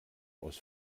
aus